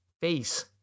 face